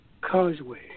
Causeway